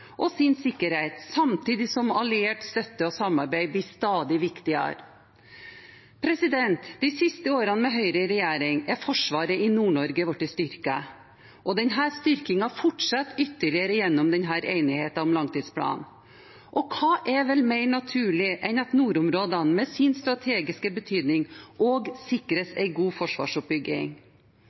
og sin sikkerhet samtidig som alliert støtte og samarbeid blir stadig viktigere. De siste årene med Høyre i regjering er Forsvaret i Nord-Norge blitt styrket, og denne styrkingen fortsetter ytterligere gjennom denne enigheten om langtidsplanen. Og hva er vel mer naturlig enn at nordområdene med sin strategiske betydning også sikres en god forsvarsoppbygging?